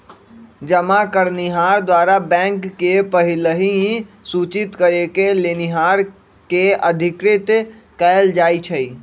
जमा करनिहार द्वारा बैंक के पहिलहि सूचित करेके लेनिहार के अधिकृत कएल जाइ छइ